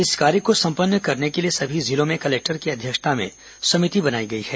इस कार्य को संपन्न करने के लिए सभी जिलों में कलेक्टर की अध्यक्षता में समिति बनाई गई है